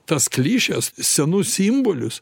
tas klišes senus simbolius